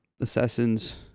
Assassin's